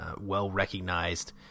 well-recognized